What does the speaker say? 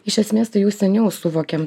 iš esmės tai jau seniau suvokėm